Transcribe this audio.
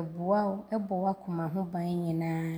Ɔboa wo. Ɔbɔ w’akoma ho ban nyinaa.